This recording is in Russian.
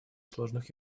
сложных